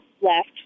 left